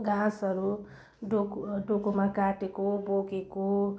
घाँसहरू डोकु डोकोमा काटेको बोकेको